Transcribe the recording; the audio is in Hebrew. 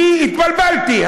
אני התבלבלתי.